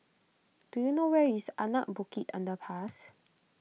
do you know where is Anak Bukit Underpass